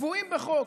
קבועים בחוק.